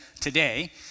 today